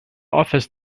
office